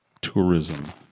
tourism